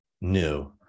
new